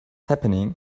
happening